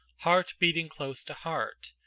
heart beating close to heart,